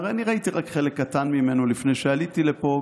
אני ראיתי רק חלק קטן ממנו לפני שעליתי לפה,